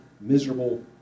miserable